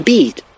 Beat